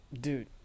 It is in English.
Dude